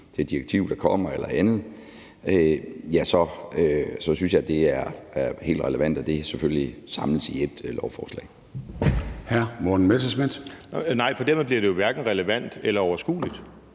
det direktiv, der kommer, eller andet. Så synes jeg, det er helt relevant, at det selvfølgelig samles i ét lovforslag.